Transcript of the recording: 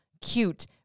cute